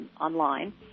online